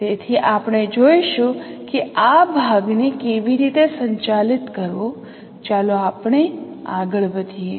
તેથી આપણે જોઈશું કે તે ભાગને કેવી રીતે સંચાલિત કરવો ચાલો આપણે આગળ વધીએ